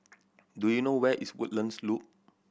do you know where is Woodlands Loop